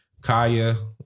Kaya